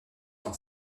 dans